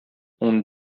und